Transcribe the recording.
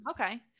Okay